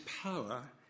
power